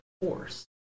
force